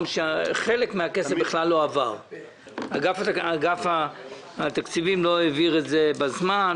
בכלל לא עבר כי אגף התקציבים לא העביר את זה בזמן.